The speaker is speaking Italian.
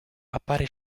appare